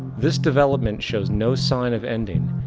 this development shows no sign of ending,